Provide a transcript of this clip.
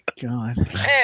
God